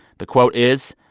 the quote is,